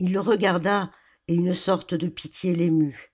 il le regarda et une sorte de pitié l'émut